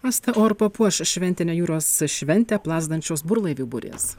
asta o ar papuoš šventinę jūros šventę plazdančios burlaivių burės